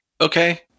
Okay